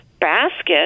Basket